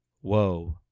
whoa